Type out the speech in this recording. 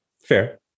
fair